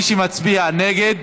מי שמצביע נגד,